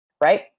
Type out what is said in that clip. Right